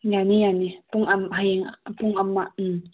ꯌꯥꯅꯤ ꯌꯥꯅꯤ ꯄꯨꯡ ꯍꯌꯦꯡ ꯄꯨꯡ ꯑꯃ ꯎꯝ